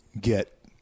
get